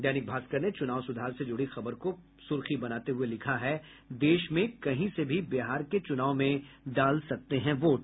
दैनिक भास्कर ने चुनाव सुधार से जुड़ी खबर को सुर्खी बनाते हुए लिखा है देश में कहीं से भी बिहार के चुनाव में डाल सकते हैं वोट